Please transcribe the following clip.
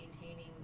maintaining